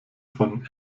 von